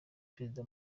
perezida